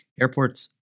Airports